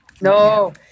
No